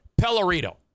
Pellerito